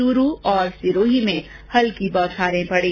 चूरू और सिरोही में हल्की बौछारें पड़ी